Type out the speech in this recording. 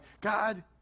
God